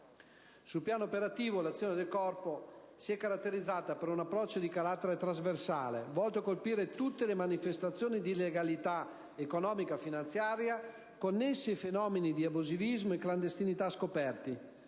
Sul piano operativo, l'azione del Corpo si è caratterizzata per un approccio di carattere trasversale volto a colpire tutte le manifestazioni di illegalità economico-finanziaria connessi ai fenomeni di abusivismo e clandestinità scoperti: